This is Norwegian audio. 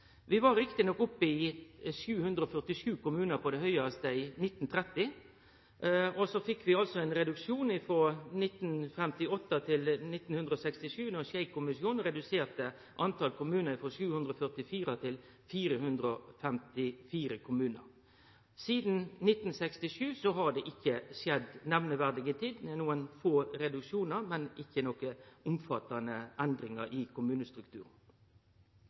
vi har fleire kommunar i dag. Vi var riktig nok oppe i 747 kommunar på det høgste i 1930, og så fekk vi ein reduksjon frå 1958 til 1967, då Schei-kommisjonen reduserte talet på kommunar frå 744 til 454 kommunar. Sidan 1967 har det ikkje skjedd noko nemneverdig, nokre få reduksjonar, men ingen omfattande endringar i kommunestrukturen.